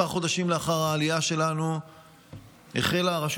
כמה חודשים לאחר העלייה שלנו החלה הרשות